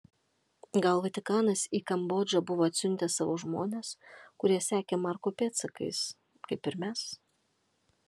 gal vatikanas į kambodžą buvo atsiuntęs savo žmones kurie sekė marko pėdsakais kaip ir mes